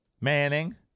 Manning